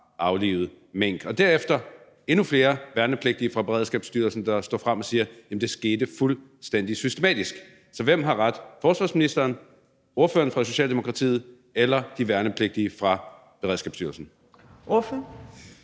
at de har aflivet mink. Derefter er der endnu flere værnepligtige fra Beredskabsstyrelsen, der står frem og siger, at det skete fuldstændig systematisk. Så hvem har ret – forsvarsministeren, ordføreren for Socialdemokratiet eller de værnepligtige fra Beredskabsstyrelsen? Kl.